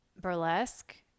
burlesque